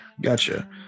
Gotcha